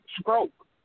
stroke